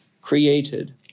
created